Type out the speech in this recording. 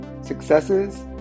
successes